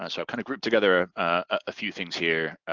i so kinda grouped together a few things here,